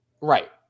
Right